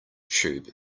tube